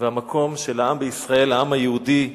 והמקום של העם בישראל, העם היהודי,